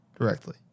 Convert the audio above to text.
directly